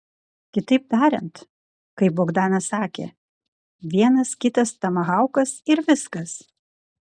kitaip tariant kaip bogdanas sakė vienas kitas tomahaukas ir viskas